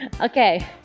Okay